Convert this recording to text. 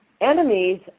enemies